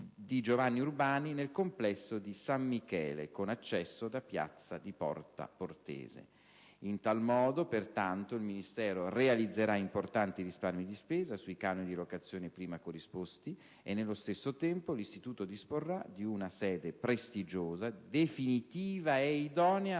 di Giovanni Urbani nel Complesso di San Michele, con accesso da piazza di Porta Portese. In tal modo, pertanto, il Ministero realizzerà importanti risparmi di spesa sui canoni di locazione prima corrisposti e nello stesso tempo l'Istituto disporrà di una sede prestigiosa, definitiva e idonea